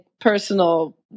personal